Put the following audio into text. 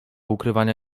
ukrywania